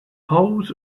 poles